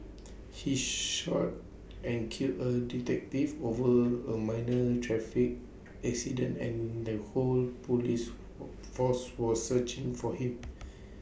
he shot and killed A detective over A minor traffic accident and the whole Police force was searching for him